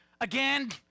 again